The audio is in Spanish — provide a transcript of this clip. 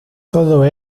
todo